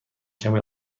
کمی